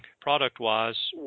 product-wise